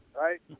right